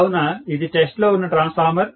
కావున ఇది టెస్ట్ లో ఉన్న ట్రాన్స్ఫార్మర్